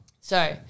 So-